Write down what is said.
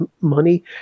money